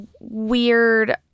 weird